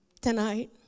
tonight